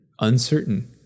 uncertain